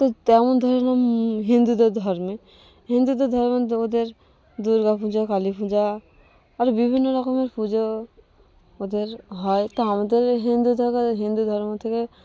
তো তেমন ধরে নাম হিন্দুদের ধর্মে হিন্দুদের ধর্মে ওদের দুর্গা পুজো কালী পূজা আর বিভিন্ন রকমের পুজো ওদের হয় তো আমাদের হিন্দু থেকে হিন্দু ধর্ম থেকে